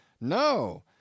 No